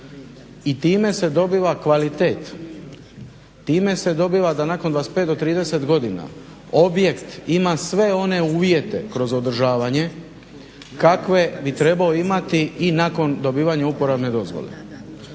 i time se dobiva kvalitet, time se dobiva da nakon 25 do 30 godina objekt ima sve one uvijete kroz održavanje kakve bi trebao imati i nakon dobivanja uporabne dozvole.